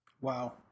Wow